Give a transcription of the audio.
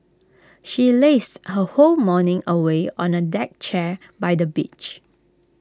she lazed her whole morning away on A deck chair by the beach